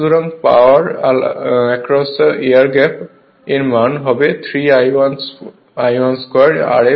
সুতরাং power across the air gap এর মান হবে 3 I1 2 Rf